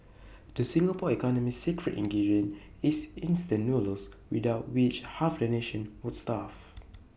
the Singapore economy's secret ingredient is instant noodles without which half the nation would starve